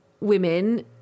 women